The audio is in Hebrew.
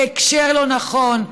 בהקשר לא נכון.